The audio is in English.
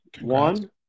one